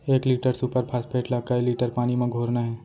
एक litre super phosphate ला कए लीटर पानी मा घोरना हे?